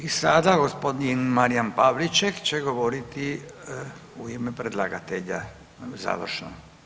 I sada gospodin Marijan Pavliček će govoriti u ime predlagatelja završno.